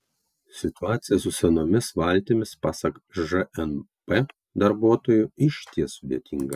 situacija su senomis valtimis pasak žnp darbuotojų išties sudėtinga